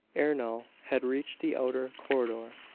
ernol had reached the outer corridor.